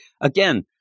Again